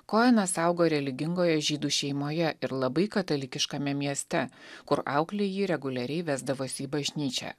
koenas augo religingoje žydų šeimoje ir labai katalikiškame mieste kur auklė jį reguliariai vesdavosi į bažnyčią